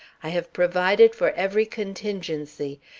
i have provided for every contingency.